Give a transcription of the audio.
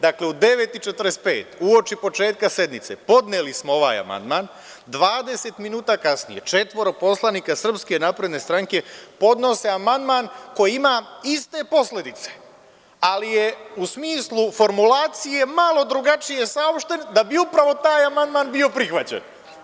Dakle, u 9,45 časova, uoči početka sednice, podneli smo ovaj amandman, 20 minuta kasnije četvoro poslanika Srpske napredne stranke podnose amandman koji ima iste posledice, ali je u smislu formulacije malo drugačije saopšten, da bi upravo taj amandman bio prihvaćen.